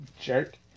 Jerk